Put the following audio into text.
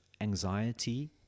anxiety